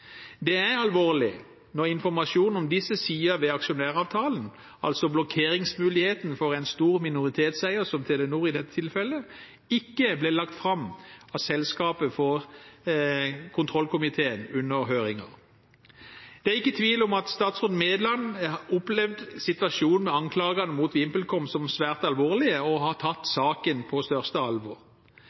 Det er alvorlig når informasjon om disse sider ved aksjonæravtalen, i dette tilfellet altså blokkeringsmuligheten for en stor minoritetseier som Telenor, ikke ble lagt fram av selskapet for kontrollkomiteen under høringen. Det er ikke tvil om at statsråd Mæland har opplevd situasjonen og anklagene mot VimpelCom som svært alvorlige og har tatt saken på største alvor.